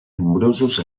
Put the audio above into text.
nombrosos